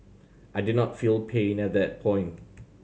I did not feel pain at that point